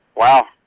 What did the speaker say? Wow